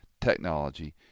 technology